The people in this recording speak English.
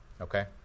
Okay